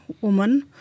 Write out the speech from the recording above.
woman